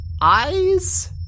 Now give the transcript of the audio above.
eyes